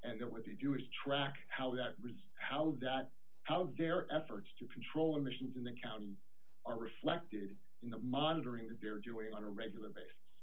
and that what they do is track how that resists how that how their efforts to control emissions in the county are reflected in the monitoring that they're doing on a regular basis